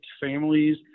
families